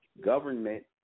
government